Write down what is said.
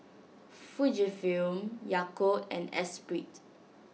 Fujifilm Yakult and Espirit